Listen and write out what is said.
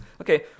okay